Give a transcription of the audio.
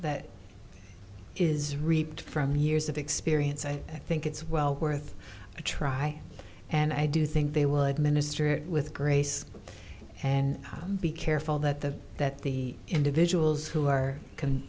that is reaped from years of experience i think it's well worth a try and i do think they will administer it with grace and be careful that the that the individuals who are c